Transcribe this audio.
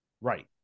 right